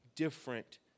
different